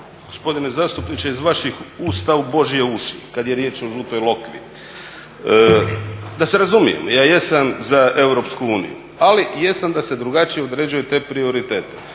Gospodine zastupniče iz vaših usta u Božje uši kad je riječ o Žutoj Lokvi. Da se razumijemo, ja jesam za EU, ali jesam da se drugačije određuje te prioritete.